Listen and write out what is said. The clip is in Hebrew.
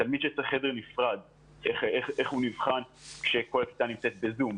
תלמיד שצריך חדר נפרד איך הוא נבחן כאשר כל הכיתה נמצאת בזום?